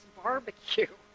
barbecue